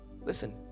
listen